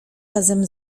razem